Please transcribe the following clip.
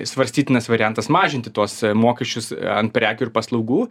svarstytinas variantas mažinti tuos mokesčius ant prekių ir paslaugų